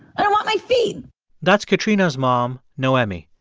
i don't want my feet that's katrina's mom, noemi.